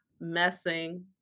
messing